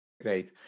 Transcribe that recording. Great